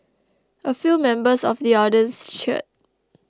a few members of the audience cheered